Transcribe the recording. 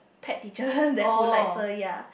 pet teacher that who likes her ya